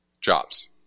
jobs